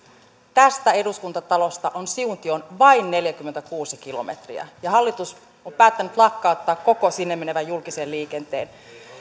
tästä eduskuntatalosta on siuntioon vain neljäkymmentäkuusi kilometriä ja hallitus on päättänyt lakkauttaa koko sinne menevän julkisen liikenteen